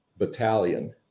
battalion